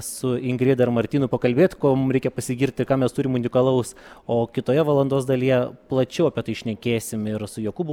su ingrida ir martynu pakalbėt kuo mum reikia pasigirti ką mes turim unikalaus o kitoje valandos dalyje plačiau apie tai šnekėsim ir su jokūbu